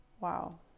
Wow